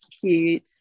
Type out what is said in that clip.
cute